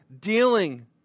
dealing